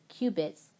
qubits